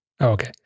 okay